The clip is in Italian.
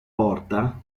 porta